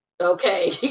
Okay